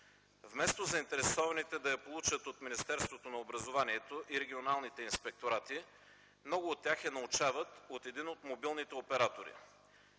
Вместо заинтересованите да я получат от Министерството на образованието и регионалните инспекторати, много от тях я научават от един от мобилните оператори.